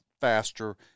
faster